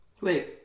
wait